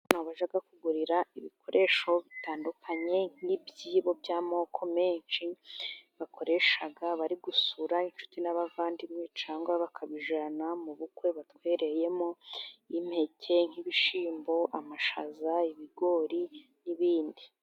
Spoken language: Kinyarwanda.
Aho bajya kugurira ibikoresho bitandukanye nk'ibyibo by'amoko menshi, bakoreshabari gusura inshuti n'abavandimwe ,cyangwa bakabijyana mu bukwe batwereyemo impeke ,nk'ibishyimbo ,amashaza ibigori n'ibindi.